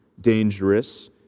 dangerous